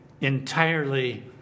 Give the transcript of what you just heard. entirely